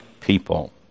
people